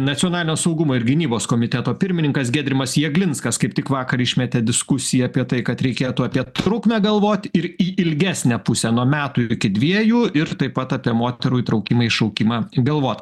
nacionalinio saugumo ir gynybos komiteto pirmininkas giedrimas jeglinskas kaip tik vakar išmetė diskusiją apie tai kad reikėtų apie trukmę galvot ir į ilgesnę pusę nuo metų iki dviejų ir taip pat apie moterų įtraukimą į šaukimą galvot